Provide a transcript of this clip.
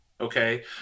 Okay